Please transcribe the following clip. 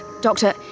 Doctor